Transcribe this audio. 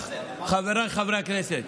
חבריי חברי הכנסת.